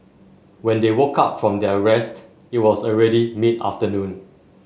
when they woke up from their rest it was already mid afternoon